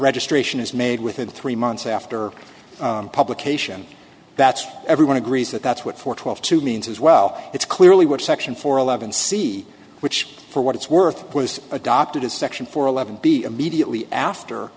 registration is made within three months after publication that's everyone agrees that that's what for twelve to means as well it's clearly what section four eleven see which for what it's worth was adopted as section four eleven be immediately after